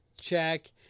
check